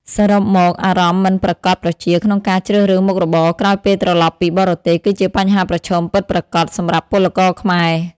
សរុបមកអារម្មណ៍មិនប្រាកដប្រជាក្នុងការជ្រើសរើសមុខរបរក្រោយពេលត្រឡប់ពីបរទេស គឺជាបញ្ហាប្រឈមពិតប្រាកដសម្រាប់ពលករខ្មែរ។